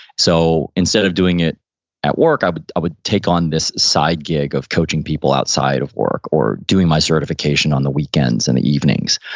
so instead of doing it at work, i would i would take on this side gig of coaching people outside of work or doing my certification on the weekends and the evenings.